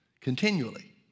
continually